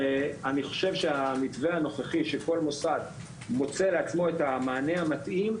ואני חושב שהמתווה הנוכחי של כל מוסד מוצא לעצמו את המענה המתאים,